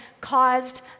caused